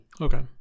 Okay